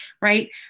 right